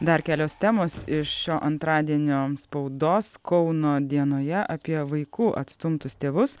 dar kelios temos iš šio antradienio spaudos kauno dienoje apie vaikų atstumtus tėvus